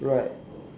right